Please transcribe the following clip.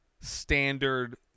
standard